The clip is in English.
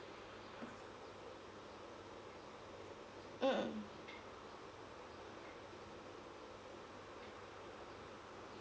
mm mm